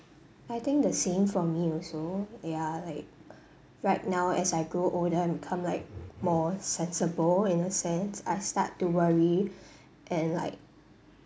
I think the same for me also ya like right now as I grow older I become like more sensible in a sense I start to worry and like